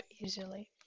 easily